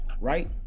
right